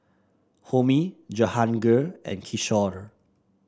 Homi Jehangirr and Kishore